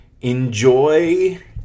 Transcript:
enjoy